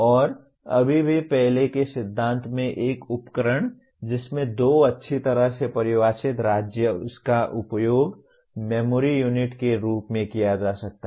और अभी भी पहले के सिद्धांत में एक उपकरण जिसमें दो अच्छी तरह से परिभाषित राज्य हैं उसका उपयोग मेमोरी यूनिट के रूप में किया जा सकता है